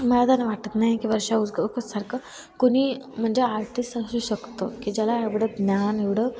मला तरी वाटत नाही की वर्षा उसगावकरसारखं कुणी म्हणजे आर्टिस्ट असू शकतो की ज्याला एवढं ज्ञान एवढं